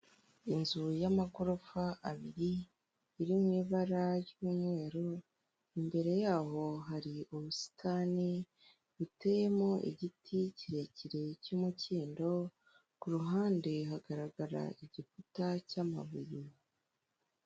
Inzu y'amagorofa abiri, iri mu ibara ry'umweru, imbere yaho hari ubusitani, buteyemo igiti kirekire cy'umukindo, ku ruhande hagaragara igikuta cy'amabuye.